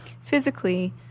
physically